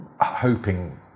hoping